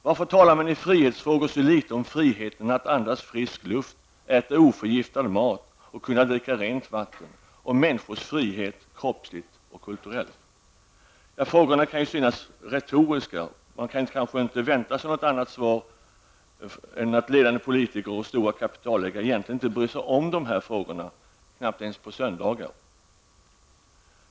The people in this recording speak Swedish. Varför talar man i frihetsfrågor så litet om friheten att andas frisk luft, äta oförgiftad mat och att kunna dricka rent vatten, om människornas frihet kroppsligt och kulturellt? Frågorna kan synas retoriska. Man kan kanske inte vänta sig något annat svar än att ledande politiker och stora kapitalägare egentligen inte bryr sig om dessa frågor, knappast ens på söndagar.